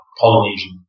Polynesian